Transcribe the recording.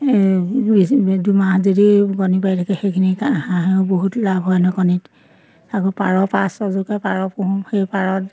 এ দুমাহত যদি কণী পাৰি থাকে সেইখিনি হাঁহেও বহুত লাভ হয় নহয় কণীত আকৌ পাৰ পাঁচ ছয়যোৰকৈ পাৰ পুহোঁ সেই পাৰত